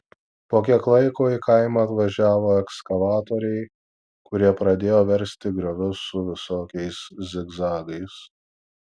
po kiek laiko į kaimą atvažiavo ekskavatoriai kurie pradėjo versti griovius su visokiais zigzagais